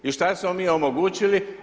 I šta smo mi omogućili?